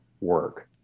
work